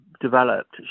developed